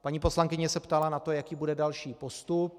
Paní poslankyně se ptala na to, jaký bude další postup.